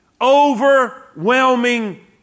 overwhelming